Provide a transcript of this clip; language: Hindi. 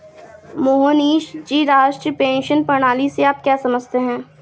मोहनीश जी, राष्ट्रीय पेंशन प्रणाली से आप क्या समझते है?